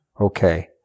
okay